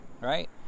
Right